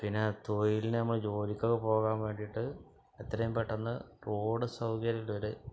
പിന്നെ തൊഴിലിന് നമ്മള് ജോലിക്കൊക്കെ പോകാന് വേണ്ടിയിട്ട് എത്രയും പെട്ടെന്ന് റോഡ് സൗകര്യം വരെ